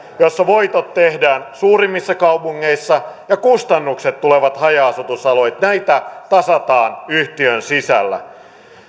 jossa voitot tehdään suurimmissa kaupungeissa ja kustannukset tulevat haja asutusalueilta näitä tasataan yhtiön sisällä